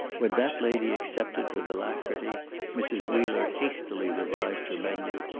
when that lady accepted with alacrity mrs. wheeler hastily revised her menu,